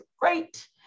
great